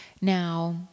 Now